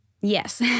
Yes